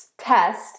test